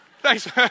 Thanks